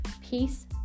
peace